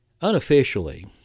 unofficially